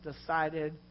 decided